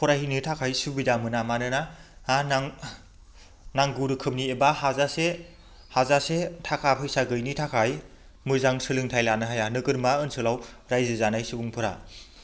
फरायहैनो थाखाय सुबिदा मोना मानोना नांगौ रोखोमनि एबा हाजासे हाजासे थाखा फैसा गैयिनि थाखाय मोजां सोलोंथाय लानो हाया नोगोरमा ओनसोलाव रायजो जानाय सुबुंफोरा